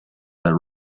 that